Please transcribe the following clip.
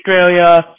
Australia